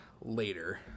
later